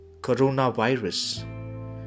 coronavirus